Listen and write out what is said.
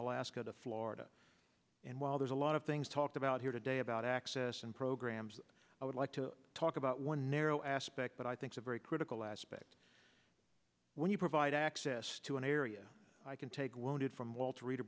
alaska to florida and while there's a lot of things talked about here today about access and programs i would like to talk about one narrow aspect but i think the very critical aspect when you provide access to an area i can take wounded from walter